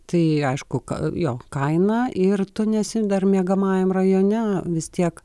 tai aišku ka jo kaina ir tu nesi dar miegamajam rajone vis tiek